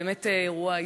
באמת אירוע היסטורי,